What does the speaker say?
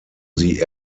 sie